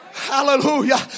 Hallelujah